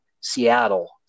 Seattle